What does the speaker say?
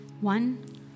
one